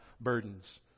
burdens